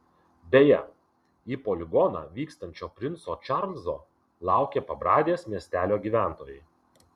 beje į poligoną vykstančio princo čarlzo laukė pabradės miestelio gyventojai